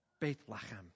Bethlehem